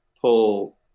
pull